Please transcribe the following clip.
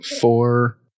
four